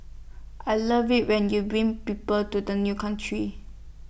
I love IT when you bring people to the new country